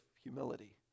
Humility